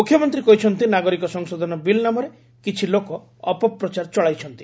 ମୁଖ୍ୟମନ୍ତ୍ରୀ କହିଛନ୍ତି ନାଗରିକ ସଂଶୋଧନ ବିଲ୍ ନାମରେ କିଛି ଲୋକ ଅପପ୍ରଚାର ଚଳାଇଛନ୍ତି